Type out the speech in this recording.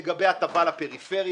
לגבי ההטבה לפריפריה,